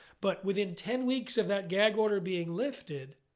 but within ten weeks of that gag order being lifted,